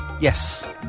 yes